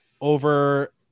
over